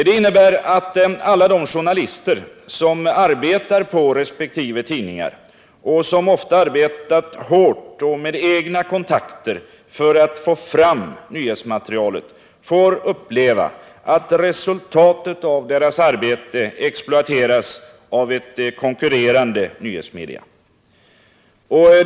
Det innebär att alla de journalister som arbetar på resp. tidning — som ofta arbetat hårt och med egna kontakter för att få fram nyhetsmaterialet — får uppleva att resultatet av deras arbete exploateras av ett konkurrerande nyhetsmedium.